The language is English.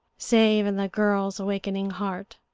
save in the girl's awakening heart.